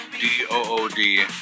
D-O-O-D